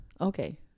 Okay